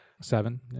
seven